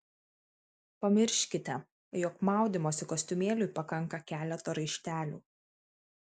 pamirškite jog maudymosi kostiumėliui pakanka keleto raištelių